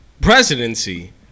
presidency